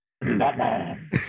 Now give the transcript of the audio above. Batman